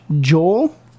Joel